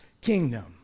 kingdom